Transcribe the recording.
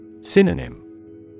Synonym